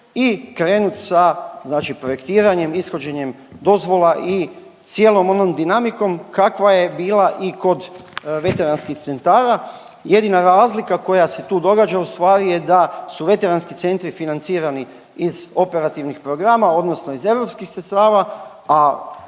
i krenuti sa znači projektiranje, ishođenjem dozvola i cijelom onom dinamikom kakva je bila i kod veteranskih centara. Jedina razlika koja se tu događa ustvari je da su veteranski centri financirani iz operativnih programa, odnosno iz EU sredstava,